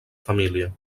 família